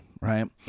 right